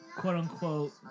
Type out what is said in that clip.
Quote-unquote